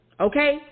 Okay